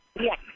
Yes